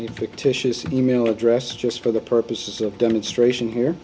a fictitious e mail address just for the purposes of demonstration here